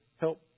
help